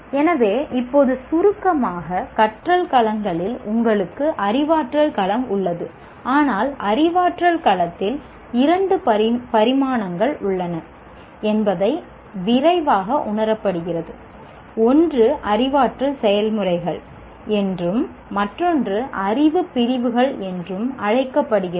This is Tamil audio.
எனவே இப்போது சுருக்கமாக கற்றல்களங்களில் உங்களுக்கு அறிவாற்றல் களம் உள்ளது ஆனால் அறிவாற்றல் களத்தில் இரண்டு பரிமாணங்கள் உள்ளன என்பது விரைவாக உணரப்படுகிறது ஒன்று அறிவாற்றல் செயல்முறைகள் என்றும் மற்றொன்று அறிவு பிரிவுகள் என்றும் அழைக்கப்படுகிறது